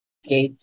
okay